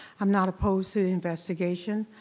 i'm not opposed to investigation,